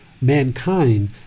Mankind